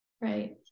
Right